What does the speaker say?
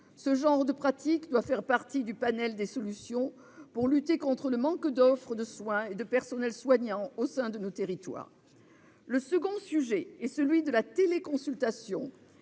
Ce genre de pratique doit faire partie du panel des solutions envisagées afin de lutter contre le manque d'offre de soins et de personnels soignants au sein de nos territoires. Le second sujet en suspens est celui de la téléconsultation,